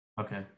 Okay